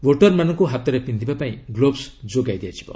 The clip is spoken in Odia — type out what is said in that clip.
ଭୋଟରମାନଙ୍କୁ ହାତରେ ପିନ୍ଧିବା ପାଇଁ ଗ୍ଲୋବ୍ସ ଯୋଗାଇ ଦିଆଯିବ